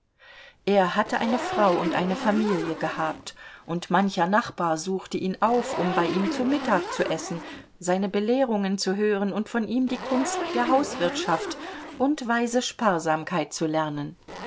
er hatte eine frau und eine familie gehabt und mancher nachbar suchte ihn auf um bei ihm zu mittag zu essen seine belehrungen zu hören und von ihm die kunst der hauswirtschaft und weise sparsamkeit zu lernen